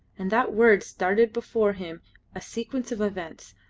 and that word started before him a sequence of events,